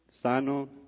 sano